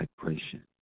vibration